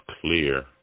clear